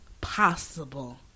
possible